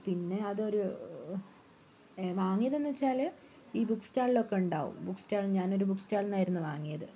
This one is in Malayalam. പിന്നെ അതൊരു വാങ്ങിയതെന്നു വച്ചാൽ ഈ ബുക്ക് സ്റ്റാളിലൊക്കെ ഉണ്ടാവും ബുക്ക് സ്റ്റാൾ ഞാൻ ഒരു ബുക്ക് സ്റ്റാളിൽ നിന്നായിരുന്നു വാങ്ങിയത്